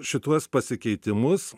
šituos pasikeitimus